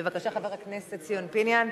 בבקשה, חבר הכנסת ציון פיניאן.